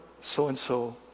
so-and-so